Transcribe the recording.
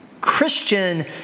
Christian